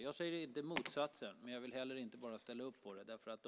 Jag säger inte motsatsen, men jag vill inte heller bara ställa upp på det.